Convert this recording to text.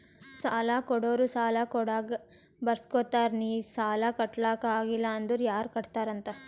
ಸಾಲಾ ಕೊಡೋರು ಸಾಲಾ ಕೊಡಾಗ್ ಬರ್ಸ್ಗೊತ್ತಾರ್ ನಿ ಸಾಲಾ ಕಟ್ಲಾಕ್ ಆಗಿಲ್ಲ ಅಂದುರ್ ಯಾರ್ ಕಟ್ಟತ್ತಾರ್ ಅಂತ್